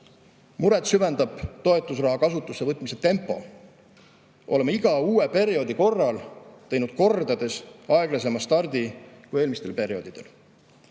Muret süvendab toetusraha kasutusse võtmise tempo. Oleme iga uue perioodi korral teinud kordades aeglasema stardi kui eelmistel perioodidel.